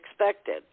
expected